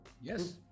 Yes